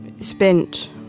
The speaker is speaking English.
spent